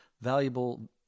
valuable